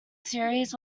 series